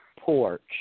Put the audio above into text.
porch